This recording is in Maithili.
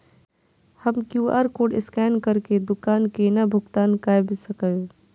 हम क्यू.आर कोड स्कैन करके दुकान केना भुगतान काय सकब?